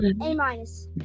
A-minus